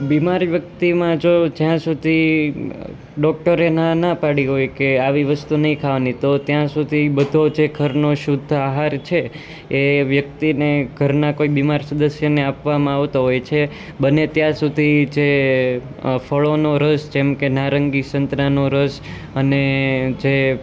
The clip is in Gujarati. બીમાર વ્યક્તિમાં જો જ્યાં સુધી ડોક્ટરે ના ના પાડી હોય કે આવી વસ્તુ નહીં ખાવાની તો ત્યાં સુધી બધો જે ઘરનો શુદ્ધ આહાર છે એ વ્યક્તિને ઘરના કોઈ બીમાર સદસ્યને આપવામાં આવતો હોય છે બને ત્યાં સુધી જે ફળોનો રસ જેમ કે નારંગી સંતરાનો રસ અને જે